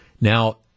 Now